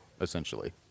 Essentially